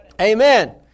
Amen